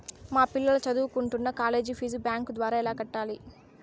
మా పిల్లలు సదువుకుంటున్న కాలేజీ ఫీజు బ్యాంకు ద్వారా ఎలా కట్టాలి?